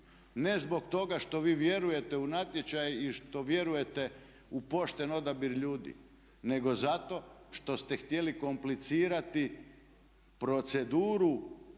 ne zbog toga što vi vjerujete u natječaj i što vjerujete u pošten odabir ljudi, nego zato što ste htjeli komplicirati proceduru